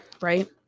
right